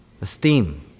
esteem